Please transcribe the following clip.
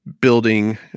building